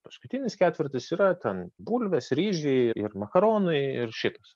paskutinis ketvirtis yra ten bulvės ryžiai ir makaronai ir šitas